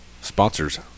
sponsors